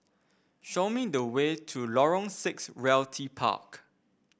show me the way to Lorong Six Realty Park